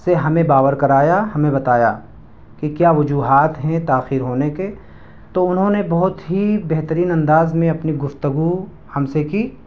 سے ہمیں باور کرایا ہمیں بتایا کہ کیا وجوہات ہیں تاخیر ہونے کے تو انہوں نے بہت ہی بہترین انداز میں اپنی گفتگو ہم سے کی